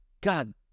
God